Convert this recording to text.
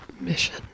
mission